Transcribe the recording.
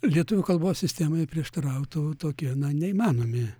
lietuvių kalbos sistemai prieštarautų tokie neįmanomi